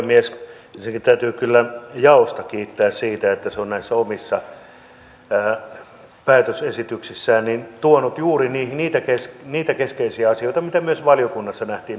ensinnäkin täytyy kyllä jaostoa kiittää siitä että se on näissä omissa päätösesityksissään tuonut juuri niitä keskeisiä asioita mitä myös valiokunnassa nähtiin ongelmallisiksi